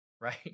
right